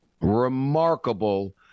Remarkable